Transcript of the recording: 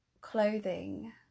clothing